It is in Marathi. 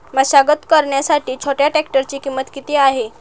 मशागत करण्यासाठी छोट्या ट्रॅक्टरची किंमत किती आहे?